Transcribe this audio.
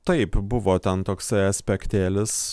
taip buvo ten toksai aspektėlis